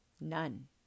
None